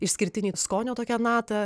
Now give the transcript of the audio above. išskirtinį skonio tokią natą